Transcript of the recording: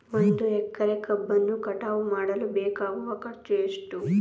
ಒಂದು ಎಕರೆ ಕಬ್ಬನ್ನು ಕಟಾವು ಮಾಡಲು ಬೇಕಾಗುವ ಖರ್ಚು ಎಷ್ಟು?